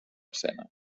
escena